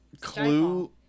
clue